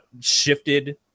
shifted